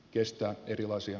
kestää erilaisia